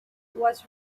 was